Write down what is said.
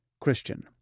Christian